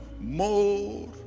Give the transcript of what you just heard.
more